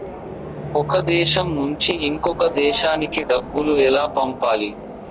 ఒక దేశం నుంచి ఇంకొక దేశానికి డబ్బులు ఎలా పంపాలి?